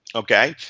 okay?